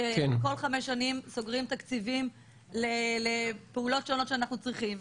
שבכל חמש שנים סוגרים תקציבים לפעולות שונות שאנחנו צריכים.